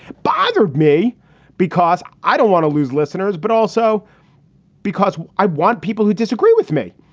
bothered me because i don't want to lose listeners, but also because i want people who disagree with me.